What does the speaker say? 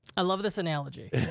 i love this analogy.